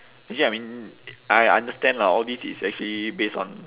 actually I mean I understand lah all this is actually based on